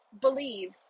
believe